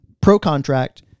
pro-contract